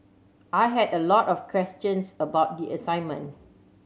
I had a lot of questions about the assignment